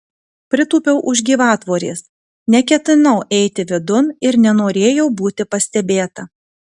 pritūpiau už gyvatvorės neketinau eiti vidun ir nenorėjau būti pastebėta